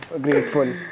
grateful